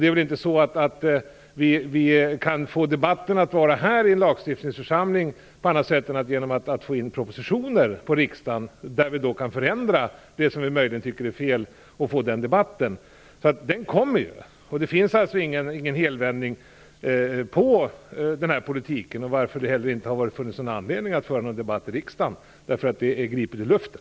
Det finns inget annat sätt att överföra debatten till denna lagstiftande församling än genom att förelägga riksdagen propositioner, och sedan förändra det vi möjligen tycker är fel. Denna proposition och denna debatt kommer. Det finns ingen helomvändning av denna politik, och det har därför inte heller funnits någon anledning att föra någon debatt om detta i riksdagen. Det är gripet ur luften.